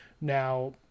Now